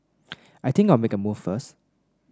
I think I'll make a move first